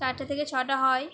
চারটে থেকে ছটা হয়